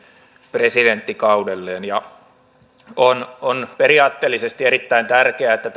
presidenttikaudelleen on on periaatteellisesti erittäin tärkeää että